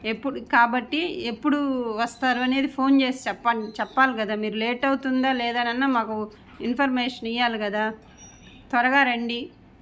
ఎప్పుడు కాబట్టి ఎప్పుడు వస్తారు అనేది ఫోన్ చేసి చెప్ప చెప్పాలి కదా మీరు లేట్ అవుతుందా లేదా అని అన్న మాకు ఇన్ఫర్మేషన్ ఇయ్యాలి కదా త్వరగా రండి